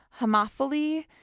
homophily